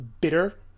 bitter